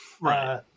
Right